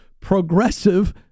progressive